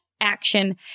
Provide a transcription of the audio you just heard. action